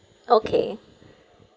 okay